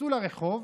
יצאו לרחוב